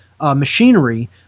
machinery